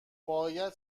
باید